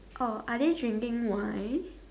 oh are they drinking wine